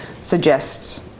suggest